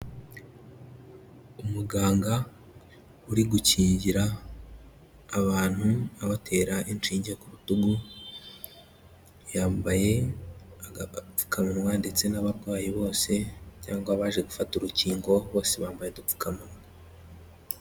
Umuganga uri gukingira abantu abatera inshinge ku rutugu, yambaye agapfukamunwa ndetse n'abarwayi bose cyangwa abaje gufata urukingo bose bambaye udupfukamunwa.